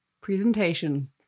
Presentation